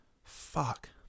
fuck